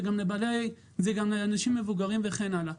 זה גם לאנשים מבוגרים וכן הלאה.